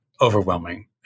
overwhelming